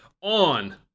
On